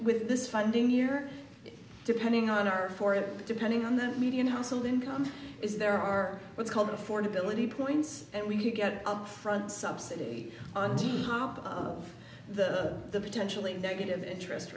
with this funding year depending on our for it depending on the median household income is there are what's called affordability points and we could get up front subsidy on t v how of the potentially negative interest